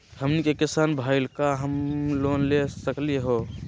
हमनी के किसान भईल, का हम लोन ले सकली हो?